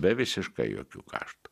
be visiškai jokių kaštų